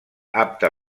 apta